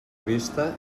vista